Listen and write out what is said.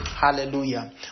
Hallelujah